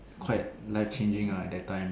quite life changing ah at that time